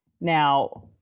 Now